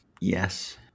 yes